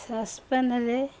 ସସ୍ପେନ୍ରେ